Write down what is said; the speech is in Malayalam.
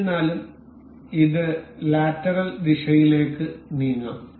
എന്നിരുന്നാലും ഇത് ലാറ്ററൽ ദിശയിലേക്ക് നീങ്ങാം